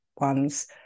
ones